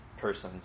persons